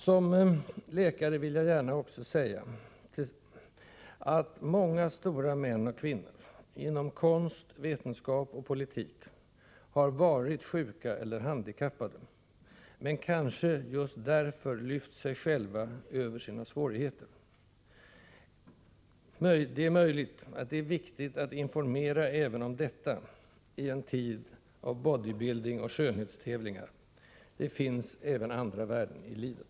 Som läkare vill jag gärna också säga att många stora män och kvinnor inom konst, vetenskap och politik har varit sjuka eller handikappade men kanske just därför lyft sig själva över sina svårigheter. Det är möjligt att det är viktigt att informera även om detta i en tid av bodybuilding och skönhetstävlingar. Det finns förvisso också andra värden i livet.